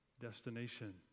destination